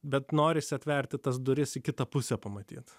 bet norisi atverti tas duris į kitą pusę pamatyti